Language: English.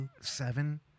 seven